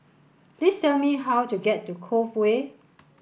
please tell me how to get to Cove Way